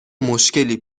مشکلی